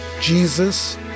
Jesus